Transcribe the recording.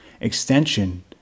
extension